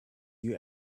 you